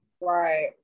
Right